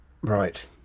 Right